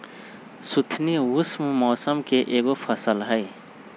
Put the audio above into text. सुथनी उष्ण मौसम के एगो फसल हई